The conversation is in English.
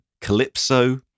Calypso